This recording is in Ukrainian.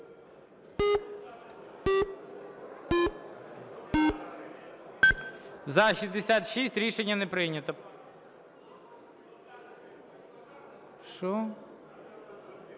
– 8. Рішення не прийнято.